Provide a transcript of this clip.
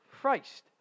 Christ